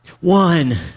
One